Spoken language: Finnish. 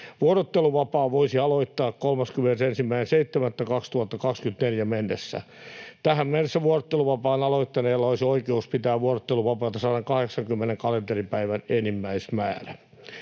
Vuorotteluvapaan voisi aloittaa 31.7.2024 mennessä. Tähän mennessä vuorotteluvapaan aloittaneilla olisi oikeus pitää vuorotteluvapaata 180 kalenteripäivän enimmäismäärä.